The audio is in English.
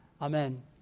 Amen